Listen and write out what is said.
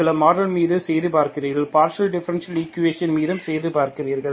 சில மாடல் மீது செய்து பார்க்கிறீர்கள் பார்ஷியல் டிஃபரண்ஷியல் ஈக்குவேஷன் மீதும் செய்து பார்க்கிறீர்கள்